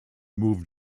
moved